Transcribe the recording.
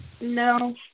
No